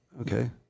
Okay